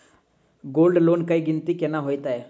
Gold loan केँ गिनती केना होइ हय?